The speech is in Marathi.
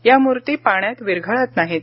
या मूर्ती पाण्यात विरघळत नाहीत